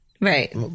Right